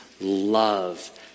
love